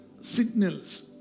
signals